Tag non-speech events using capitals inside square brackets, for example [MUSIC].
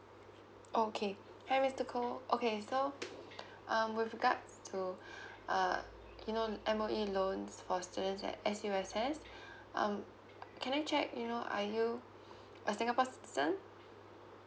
oh okay hi mister koh okay so um with regards to [BREATH] uh you know M_O_E loans for students at S_U_S_S um can I check you know are you a singapore citizen